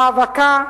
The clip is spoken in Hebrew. מאבקה,